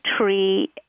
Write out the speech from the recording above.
tree